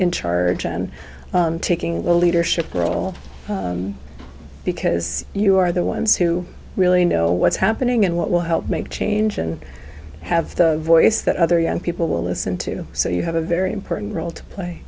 in charge and taking a leadership role because you are the ones who really know what's happening and what will help make change and have a voice that other young people will listen to so you have a very important role to play